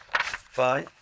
Fine